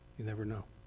you never know.